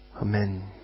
Amen